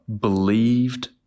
believed